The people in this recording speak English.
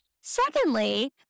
Secondly